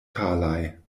palaj